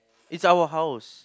it's our house